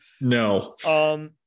no